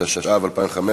התשע"ו 2015,